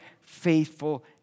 faithful